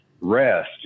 rest